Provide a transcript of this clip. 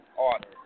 order